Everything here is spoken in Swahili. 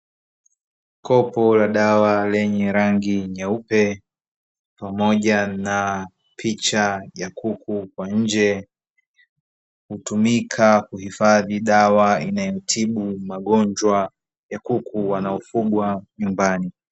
Kopo la dawa lenye rangi nyeupe pamoja na picha ya kuku kwa nje hutumika kuhifadhi dawa inayotibu magonjwa ya kuku wanaofugwa nyumbani.